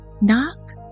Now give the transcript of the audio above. Knock